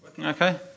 Okay